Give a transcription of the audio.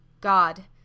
God